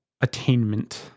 attainment